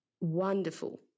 wonderful